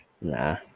nah